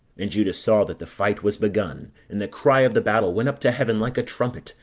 and judas saw that the fight was begun, and the cry of the battle went up to heaven like a trumpet,